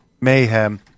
Mayhem